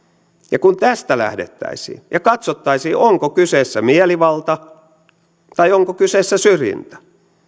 ja kun tästä lähdettäisiin ja katsottaisiin onko kyseessä mielivalta tai onko kyseessä syrjintä